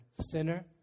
Sinner